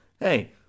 hey